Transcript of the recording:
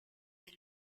des